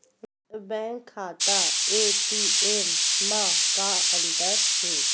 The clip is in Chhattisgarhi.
बैंक खाता ए.टी.एम मा का अंतर हे?